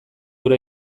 hura